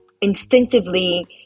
instinctively